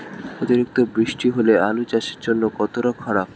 অতিরিক্ত বৃষ্টি হলে আলু চাষের জন্য কতটা খারাপ?